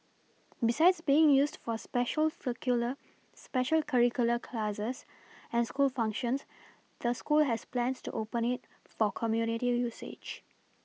besides being used for special circular special curricular classes and school functions the school has plans to open it for community usage